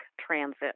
transit